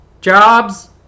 jobs